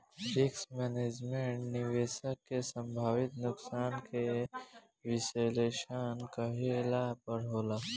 risk management, निवेशक के संभावित नुकसान के विश्लेषण कईला पर होला